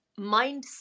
Mindset